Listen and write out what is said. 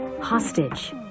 hostage